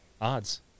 Odds